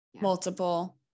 multiple